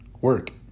work